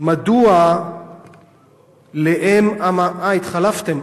אה, התחלפתם?